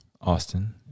Austin